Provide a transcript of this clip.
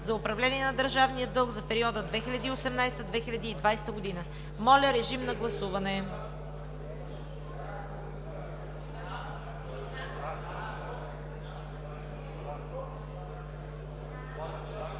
за управление на държавния дълг за периода 2018 – 2020 г.“ Моля, режим на гласуване.